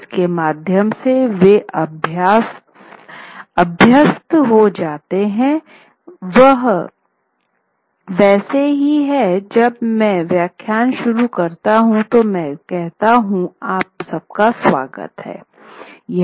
इसके माध्यम से वे अभ्यस्त हो जाते हैं यह वैसे ही है जब मैं व्याख्यान शुरू करता हूं तो मैं कहता हूं "सबका स्वागत है"